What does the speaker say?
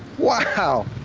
wow!